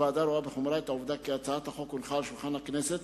הוועדה רואה בחומרה את העובדה כי הצעת החוק הונחה על שולחן הכנסת